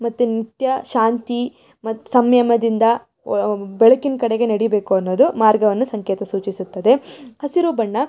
ಮತ್ತು ನಿತ್ಯ ಶಾಂತಿ ಮತ್ತು ಸಂಯಮದಿಂದ ಓ ಬೆಳಕಿನ ಕಡೆಗೆ ನೆಡಿಬೇಕು ಅನ್ನೋದು ಮಾರ್ಗವನ್ನು ಸಂಕೇತ ಸೂಚಿಸುತ್ತದೆ ಹಸಿರು ಬಣ್ಣ